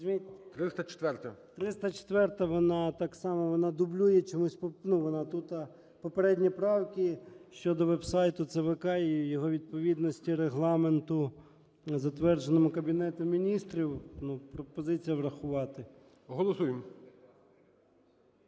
304-а, вона так само, вона дублює чомусь тут попередні правки щодо веб-сайту ЦВК і його відповідності регламенту, затвердженому Кабінетом Міністрів. Пропозиція врахувати. ГОЛОВУЮЧИЙ.